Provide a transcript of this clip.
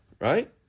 right